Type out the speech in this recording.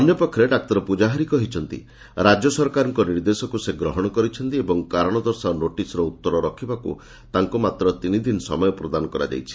ଅନ୍ୟ ପକ୍ଷରେ ଡାକ୍ତର ପ୍ରଜାହାରୀ କହିଛନ୍ତି ରାଜ୍ୟ ସରକାରଙ୍କ ନିର୍ଦ୍ଦେଶକୁ ସେ ଗ୍ରହଶ କରିଛନ୍ତି ଏବଂ କାରଣ ଦର୍ଶାଅ ନୋଟିସ୍ର ଉଉର ରଖିବାକୁ ତାଙ୍କୁ ମାତ୍ର ତିନି ଦିନ ସମୟ ପ୍ରଦାନ କରାଯାଇଛି